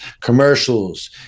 commercials